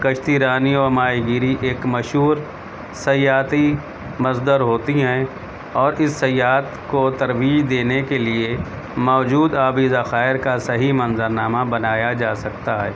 کشتی رانی اور ماہی گیری ایک مشہور سیاحتی مصدر ہوتی ہیں اور اس سیاحت کو ترویج دینے کے لیے موجود آبی ذخائر کا صحیح منظر نامہ بنایا جا سکتا ہے